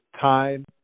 time